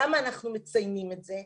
למה אנחנו מציינים את זה?